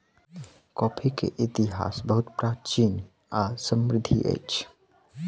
coffee के इतिहास बहुत प्राचीन आ समृद्धि अछि